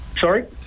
sorry